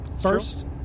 First